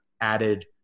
added